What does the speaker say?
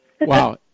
Wow